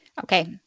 Okay